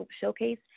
Showcase